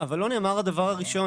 אבל לא נאמר הדבר הראשון,